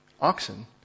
oxen